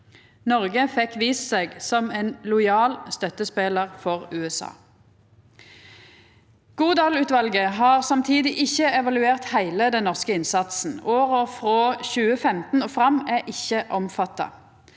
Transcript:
Noreg fekk vist seg som ein lojal støttespelar for USA. Godal-utvalet har samtidig ikkje evaluert heile den norske innsatsen. Åra frå 2015 og fram er ikkje omfatta.